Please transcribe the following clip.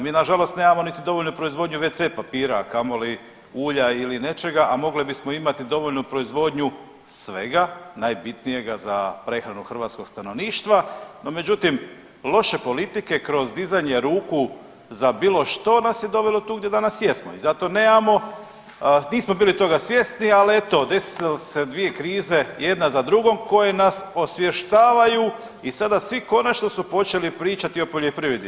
Mi nažalost nemamo niti dovoljnu proizvodnju WC papira a kamoli ulja ili nečega a mogli bismo imati dovoljnu proizvodnju, najbitnijega za prehranu hrvatskog stanovništva no međutim loše politike kroz dizanje tuku za bilo što nas je dovelo tu gdje danas jesmo i zato nemamo, nismo bili toga svjesno, ali eto desilo se dvije krize, jedna za drugom koje nas osvještavaju i sada konačno svi su počeli pričati o poljoprivredi.